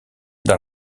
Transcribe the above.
dans